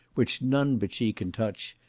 which none but she can touch,